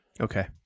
Okay